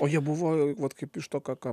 o jie buvo vat kaip iš to ką ką